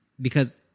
because-